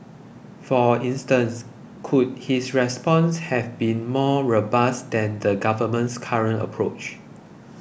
for instance could his response have been more robust than the government's current approach